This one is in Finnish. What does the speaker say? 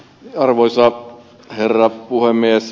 arvoisa herra puhemies